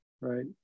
right